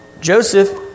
Joseph